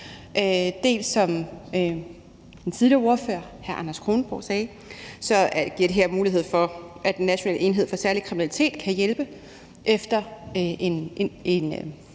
herpå. Som den tidligere ordfører, hr. Anders Kronborg sagde, giver det her som det første mulighed for, at National Enhed for Særlig Kriminalitet kan hjælpe efter en